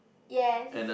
yes